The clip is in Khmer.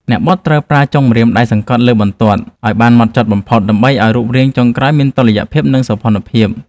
អ្នកបត់ត្រូវប្រើចុងម្រាមដៃសង្កត់លើបន្ទាត់បត់ឱ្យបានហ្មត់ចត់បំផុត ដើម្បីឱ្យរូបរាងចុងក្រោយមានតុល្យភាព និងសោភ័ណភាព។